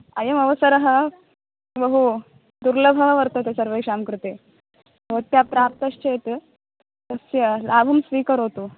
अयमवसरः बहु दुर्लभः वर्तते सर्वेषां कृते भवत्या प्राप्तश्चेत् तस्य लाभं स्वीकरोतु